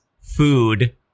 food